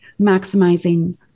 maximizing